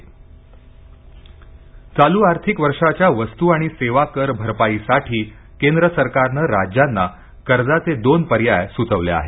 GST राज्य चालू आर्थिक वर्षाच्या वस्तू आणि सेवा कर भरपाईसाठी केंद्र सरकारनं राज्यांना कर्जाचे दोन पर्याय सुचवले आहेत